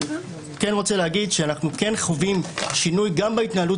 אני רוצה להגיד שאנחנו חווים שינוי גם בהתנהלות